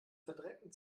verdrecken